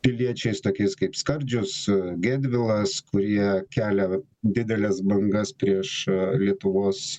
piliečiais tokiais kaip skardžius gedvilas kurie kelia dideles bangas prieš lietuvos